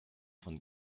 von